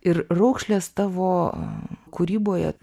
ir raukšlės tavo kūryboje